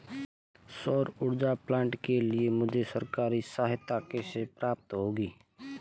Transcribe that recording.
सौर ऊर्जा प्लांट के लिए मुझे सरकारी सहायता कैसे प्राप्त होगी?